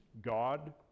God